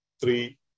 three